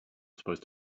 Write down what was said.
supposed